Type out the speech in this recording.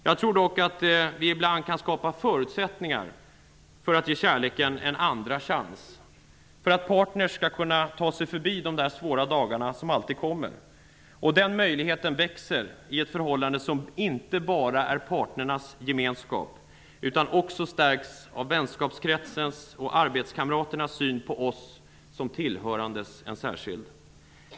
Jag tror dock att vi ibland kan skapa förutsättningar för att ge kärleken en andra chans för att partner skall kunna ta sig förbi de svåra dagarna som alltid kommer. Den möjligheten växer i ett förhållande som inte bara är parternas gemenskap utan också stärks av vänskapskretsens och arbetskamraternas syn på oss som tillhörande en särskild.